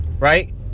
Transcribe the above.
Right